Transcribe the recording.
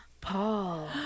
Paul